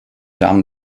damen